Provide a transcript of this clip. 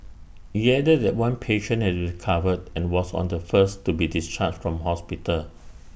IT added that one patient has recovered and was on the first to be discharged from hospital